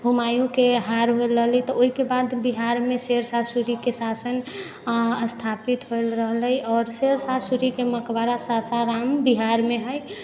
हुमाँयूके हार होल रहलै तऽ ओइके बाद बिहारमे शेरशाह सूरीके शासन स्थापित होल रहलै आओर शेरशाह सूरीके मकबरा सासाराम बिहारमे हइ